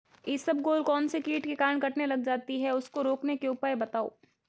इसबगोल कौनसे कीट के कारण कटने लग जाती है उसको रोकने के उपाय बताओ?